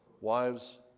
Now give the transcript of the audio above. Wives